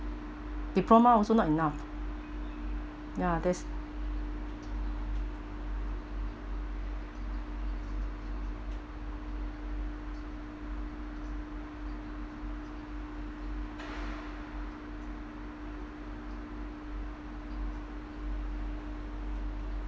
diploma also not enough ya this